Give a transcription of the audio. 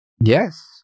Yes